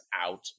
out